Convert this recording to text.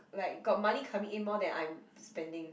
like got money coming in more than I am spending